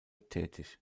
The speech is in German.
tätig